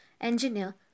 engineer